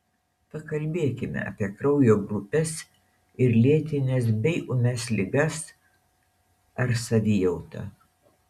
pakalbėkime apie kraujo grupes ir lėtines bei ūmias ligas ar savijautą